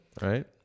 right